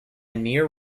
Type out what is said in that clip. near